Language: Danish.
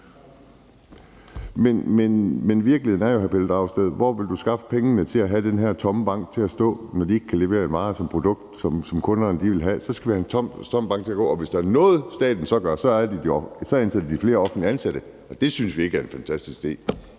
som virkeligheden er, hr. Pelle Dragsted, hvor vil du så skaffe pengene til at have den her tomme bank til at stå, når de ikke kan levere en vare, et produkt, som kunderne vil have? Så skal vi have en tom bank til at stå, og hvis der er noget, staten så gør, er det at ansætte flere offentligt ansatte, og det synes vi ikke er en fantastisk idé.